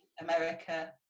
America